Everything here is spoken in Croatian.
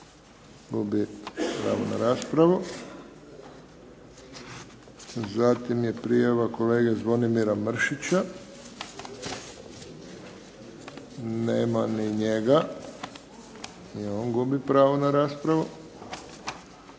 Gubi pravo na raspravu. Zatim je prijava kolege Zvonimira Mršića. Nema ni njega. I on gubi pravo na raspravu.